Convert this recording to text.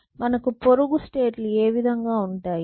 కాబట్టి మనకు పొరుగు స్టేట్ లు ఈ విధంగా ఉంటాయి